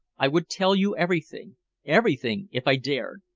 i would tell you everything everything if i dared.